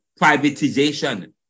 privatization